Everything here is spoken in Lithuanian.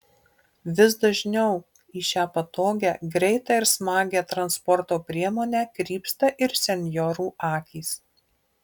vis dažniau į šią patogią greitą ir smagią transporto priemonę krypsta ir senjorų akys